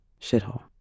Shithole